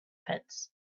pits